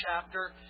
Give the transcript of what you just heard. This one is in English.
chapter